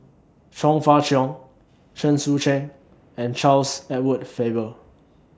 Chong Fah Cheong Chen Sucheng and Charles Edward Faber